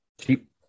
Cheap